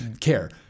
care